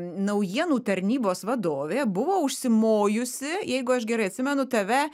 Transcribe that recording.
naujienų tarnybos vadovė buvo užsimojusi jeigu aš gerai atsimenu tave